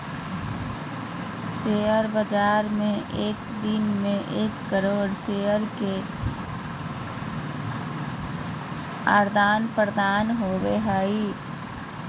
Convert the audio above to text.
share बाज़ार में एक दिन मे करोड़ो शेयर के आदान प्रदान होबो हइ